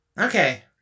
Okay